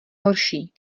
horší